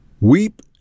weep